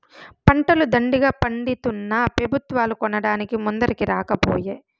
పంటలు దండిగా పండితున్నా పెబుత్వాలు కొనడానికి ముందరికి రాకపోయే